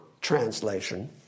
translation